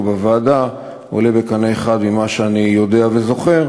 בוועדה עולה בקנה אחד עם מה שאני יודע וזוכר,